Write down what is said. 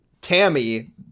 Tammy